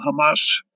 Hamas